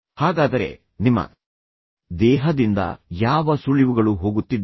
ಹಾಗಾದರೆ ನಿಮ್ಮ ದೇಹದಿಂದ ಯಾವ ಸುಳಿವುಗಳು ಹೋಗುತ್ತಿದ್ದವು